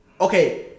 Okay